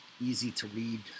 easy-to-read